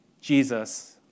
Jesus